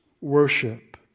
worship